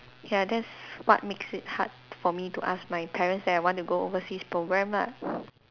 ya that's what makes it hard for me to ask my parents that I want to go overseas program lah